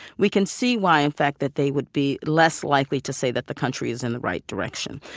we can see why in fact that they would be less likely to say that the country is in the right direction.